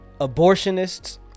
abortionists